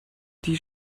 die